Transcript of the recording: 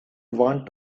want